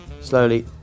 slowly